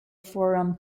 forum